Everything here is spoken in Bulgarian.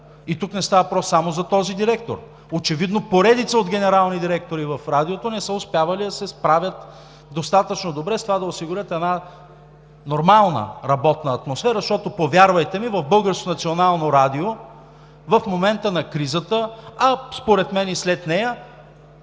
И тук не става въпрос само за този директор. Очевидно поредица от генерални директори в Радиото не са успявали да се справят достатъчно добре с това да осигурят нормална работна атмосфера, защото, повярвайте ми, в Българското национално радио в момента на кризата, а според мен и след нея,